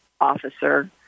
officer